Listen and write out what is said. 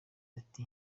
ati